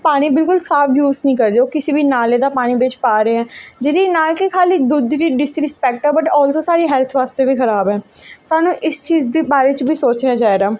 जेह्ड़े पानी बिलकुल साफ यूज़ निं करदे ओह् किसे बी नाले दा पानी बिच्च पा दे ऐं जेह्दी ना कि खाल्ली दुद्ध दी डिसरिस्पैक्ट बट आलसो साढ़ी हैल्थ बास्तै बी खराब ऐ सानूं इस चीज दे बारे च बी सोचना चाहिदा